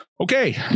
Okay